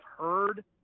heard